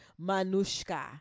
Manushka